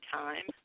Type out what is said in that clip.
time